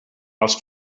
els